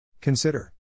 Consider